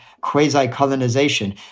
quasi-colonization